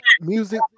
music